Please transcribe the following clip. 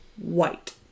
White